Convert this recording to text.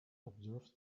observe